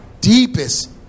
deepest